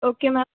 okay ma'am